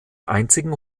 einzigen